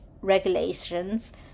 regulations